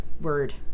Word